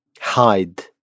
hide